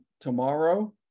tomorrow